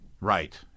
Right